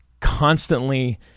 constantly